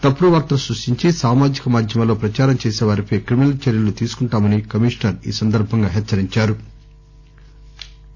తప్పుడు వార్తలు సృష్టించి సామాజిక మాధ్యమాల్లో పచారం చేసేవారిపై క్రిమినల్ చర్యలు తీసుకుంటామని కమీషనర్ హెచ్చరించారు